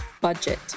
budget